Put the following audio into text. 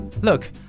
Look